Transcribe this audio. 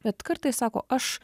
bet kartais sako aš